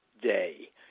day